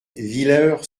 villers